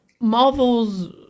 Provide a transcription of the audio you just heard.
marvel's